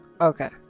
Okay